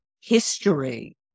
history